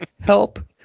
Help